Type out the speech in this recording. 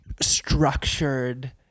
structured